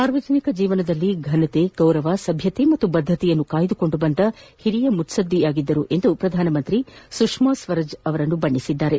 ಸಾರ್ವಜನಿಕ ಜೀವನದಲ್ಲಿ ಘನತೆ ಗೌರವ ಸಭ್ಯತೆ ಮತ್ತು ಬದ್ದತೆಯನ್ನು ಕಾಯ್ದುಕೊಂದು ಬಂದ ಹಿರಿಯ ಮುತ್ಪದ್ದಿ ಎಂದು ಪ್ರಧಾನಮಂತ್ರಿ ಸುಷ್ಮಾ ಸ್ವರಾಜ್ ಅವರನ್ನು ಬಣ್ಣಿಸಿದ್ದಾರೆ